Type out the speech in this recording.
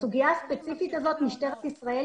בסוגיה הספציפית הזאת טיפלה משטרת ישראל